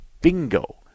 bingo